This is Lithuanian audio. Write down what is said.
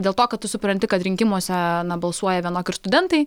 dėl to kad tu supranti kad rinkimuose balsuoja vienok ir studentai